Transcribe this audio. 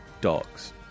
dogs